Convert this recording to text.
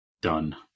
Done